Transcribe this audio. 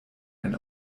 ein